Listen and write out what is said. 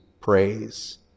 praise